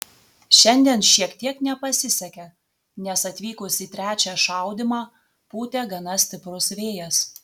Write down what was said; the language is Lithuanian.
šiandien šiek tiek nepasisekė nes atvykus į trečią šaudymą pūtė gana stiprus vėjas